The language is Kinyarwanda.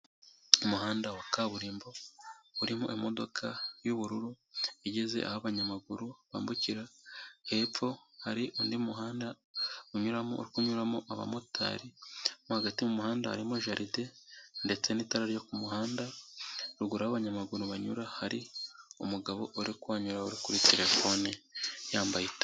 Umuhanda wa kaburimbo urimo imodoka y'ubururu igeze aho abanyamaguru bambukira. Hepfo hari undi muhanda unyuramo, uri kunyuramo abamotari. Mo hagati mu muhanda harimo jaride ndetse n'itara ryo ku muhanda. Ruguru aho abanyamaguru banyura hari umugabo uri kuhanyura, uri kuri telefone yambaye ita...